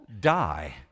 die